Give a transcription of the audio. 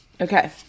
Okay